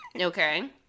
okay